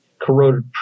corroded